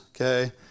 okay